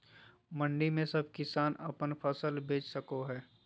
मंडी में सब किसान अपन फसल बेच सको है?